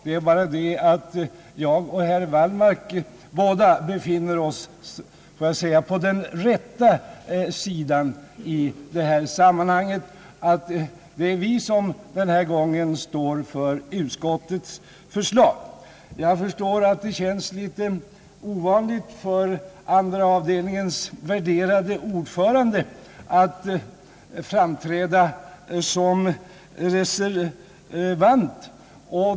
Det är bara det att herr Wallmark och jag båda befinner oss på den »rätta» sidan i detta sammanhang — det är vi som den här gången står för utskottets förslag. Jag förstår att det känns litet ovanligt för andra avdelningens värderade ordförande att framträda som reservant.